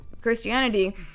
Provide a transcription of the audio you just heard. Christianity